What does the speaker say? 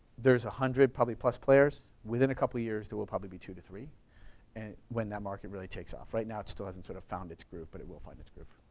there's one hundred probably plus players, within a couple of years there will probably be two to three and when that market really takes off. right now it still hasn't sort of found it's groove, but it will find it's groove.